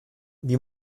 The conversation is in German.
wie